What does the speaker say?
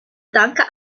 danka